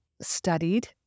studied